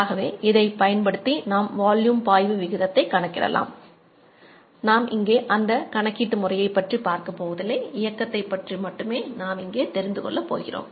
ஆகவே இதைப் பயன்படுத்தி நாம் வால்யூம் பாய்வு விகிதத்தை பற்றி மட்டுமே நாம் தெரிந்து கொள்ள போகிறோம்